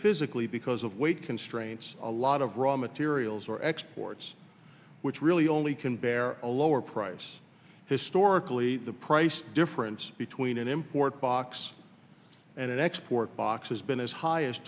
physically because of weight constraints a lot of raw materials or exports which really only can bare a lower price historically the price difference between an import box and an export box has been as high as